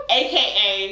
aka